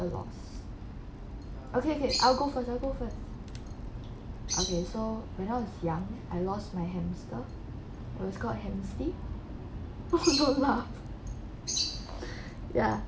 your loss okay okay I will go first I will go first okay so when I was young I lost my hamster he was called hamsty oh don't laugh ya